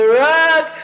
rock